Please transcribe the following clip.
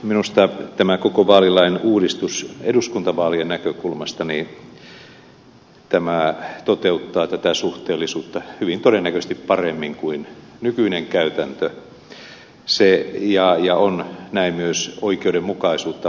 minusta tämä koko vaalilain uudistus toteuttaa tätä suhteellisuutta eduskuntavaalien näkökulmasta hyvin todennäköisesti paremmin kuin nykyinen käytäntö ja on näin myös oikeudenmukaisuutta vahvistava